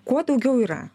kuo daugiau yra